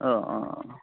অঁ অঁ